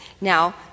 Now